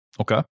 Okay